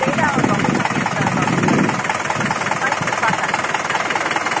पेडा बहु सम्यक् भवति भगिनि मैसूर् पाक् अस्ति अस्ति भगिनि